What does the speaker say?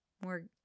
More